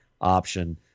option